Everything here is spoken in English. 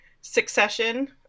Succession